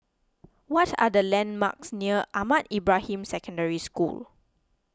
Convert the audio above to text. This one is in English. what are the landmarks near Ahmad Ibrahim Secondary School